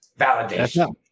Validation